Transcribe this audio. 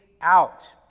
out